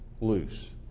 loose